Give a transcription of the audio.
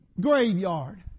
graveyard